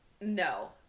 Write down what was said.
no